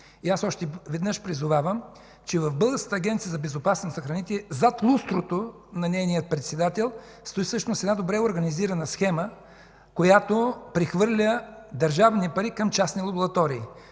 Още веднъж призовавам, че в Българската агенция за безопасност на храните зад лустрото на нейния председател стои всъщност една добре организирана схема, която прехвърля държавни пари към частни лаборатории.